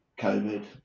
COVID